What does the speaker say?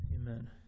Amen